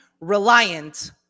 reliant